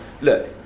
look